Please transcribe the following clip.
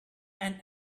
and